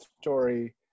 story